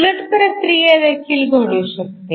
उलट प्रक्रिया देखील घडू शकते